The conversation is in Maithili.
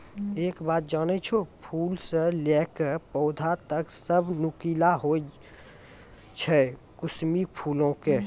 एक बात जानै छौ, फूल स लैकॅ पौधा तक सब नुकीला हीं होय छै कुसमी फूलो के